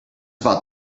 about